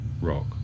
rock